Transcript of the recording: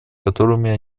которыми